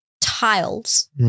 Tiles